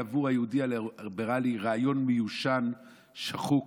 היא עבור היהודי הליברלי רעיון מיושן ושחוק,